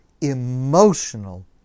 emotional